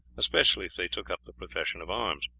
especially if they took up the profession of arms.